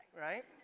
right